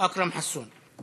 אכרם חסון.